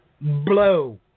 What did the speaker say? blow